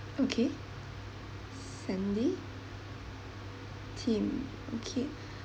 okay sandy tim okay